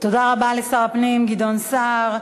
תודה רבה לשר הפנים גדעון סער.